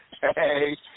Hey